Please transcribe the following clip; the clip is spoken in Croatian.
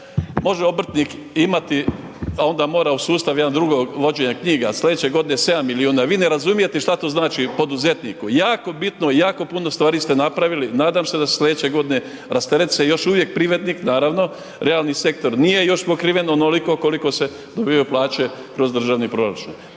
može obrtnika imati, onda mora u sustav jedno drugo vođenje knjiga, sljedeće godine 7 milijuna. Vi ne razumijete što to znači poduzetniku. Jako bitno, jako puno stvari ste napravili, nadam se da sljedeće godine rasteretit će još uvijek privatnik, naravno, realni sektor nije još pokriven onoliko koliko se dobivaju plaće kroz državni proračun.